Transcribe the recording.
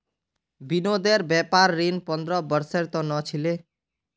विनोदेर व्यापार ऋण पंद्रह वर्षेर त न छिले